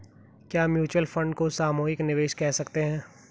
क्या mutual fund को सामूहिक निवेश कह सकते हैं?